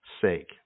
sake